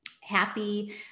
happy